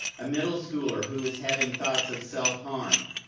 a middle schooler who was having thoughts of self harm,